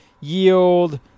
yield